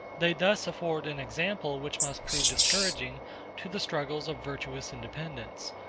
they thus afford an example which must prove discouraging to the struggles of virtuous independence,